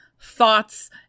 thoughts